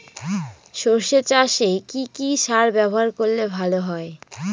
সর্ষে চাসে কি কি সার ব্যবহার করলে ভালো হয়?